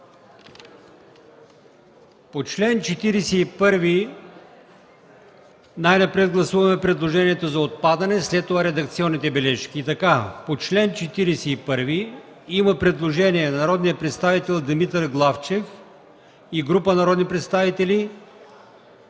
По чл. 41 най-напред гласуваме предложението за отпадане, а след това – редакционните бележки. По чл. 41 има предложение на народния представител Димитър Главчев и група народни представители,